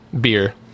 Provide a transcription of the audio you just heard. beer